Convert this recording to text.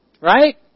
Right